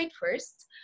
first